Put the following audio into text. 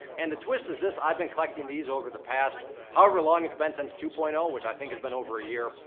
and the twist is this, i've been collecting these over the past however long it's been since two point zero, which i think has been over a year,